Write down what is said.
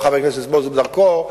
חבר הכנסת מוזס בדרכו,